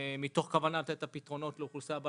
מתוך כוונה לתת את הפתרונות לאוכלוסייה עם